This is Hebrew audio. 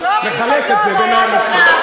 לחלק את זה בין האנשים.